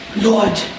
Lord